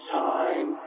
time